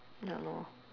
ya lor